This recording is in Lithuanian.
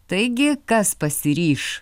taigi kas pasiryš